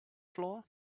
floor